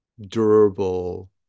durable